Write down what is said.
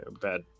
Bad